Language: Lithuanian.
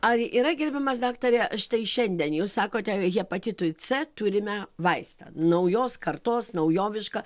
ar yra gerbiamas daktare štai šiandien jūs sakote hepatitui c turime vaistą naujos kartos naujovišką